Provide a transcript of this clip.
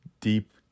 deep